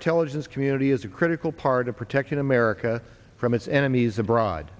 intelligence community is a critical part of protecting america from its enemies abroad